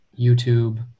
YouTube